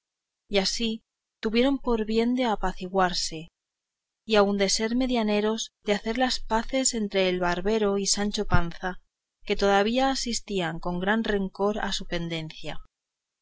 y así tuvieron por bien de apaciguarse y aun de ser medianeros de hacer las paces entre el barbero y sancho panza que todavía asistían con gran rancor a su pendencia